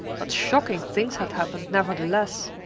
but shocking things had happened, nevertheless!